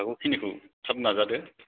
हागौखिनिखौ थाब नाजादो